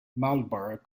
marlborough